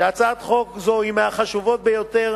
שהצעת חוק זו היא מהחשובות ביותר